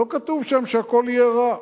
לא כתוב שם שהכול יהיה רע.